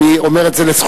אני אומר את זה לזכותם.